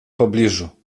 pobliżu